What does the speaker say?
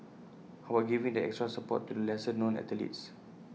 how about giving that extra support to lesser known athletes